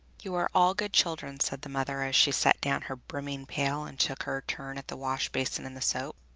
you are all good children, said the mother as she set down her brimming pail and took her turn at the wash-basin and the soap.